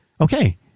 okay